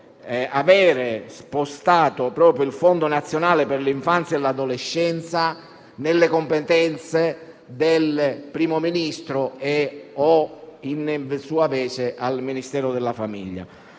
avere spostato il Fondo nazionale per l'infanzia e l'adolescenza nelle competenze del Primo Ministro o, in sua vece, del Ministero della famiglia.